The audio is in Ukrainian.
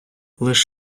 лиш